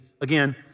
Again